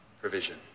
provision